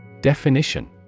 Definition